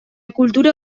kultura